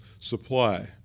supply